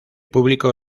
público